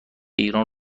ایران